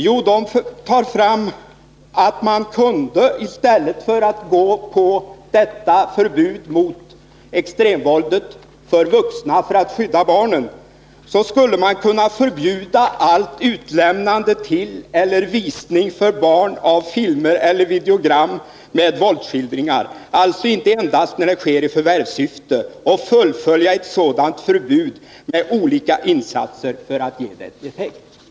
Jo, lagrådet har anfört att man, i stället för att införa detta förbud mot extremvåldet för vuxna i syfte att skydda barnen, skulle helt förbjuda utlämnande till eller visning för barn av filmer eller videogram med våldsskildringar. Det skulle alltså inte endast gälla filmer som visas i förvärvssyfte. Ett sådant förbud skulle fullföljas genom olika insatser för att ge effekt.